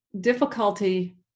difficulty